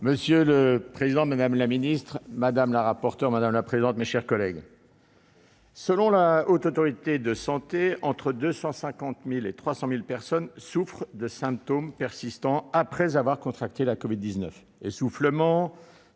Monsieur le président, madame la ministre, madame la présidente de la commission, madame le rapporteur, mes chers collègues, selon la Haute Autorité de santé, entre 250 000 et 300 000 personnes souffrent de symptômes persistants après avoir contracté la covid-19 : essoufflement,